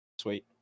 sweet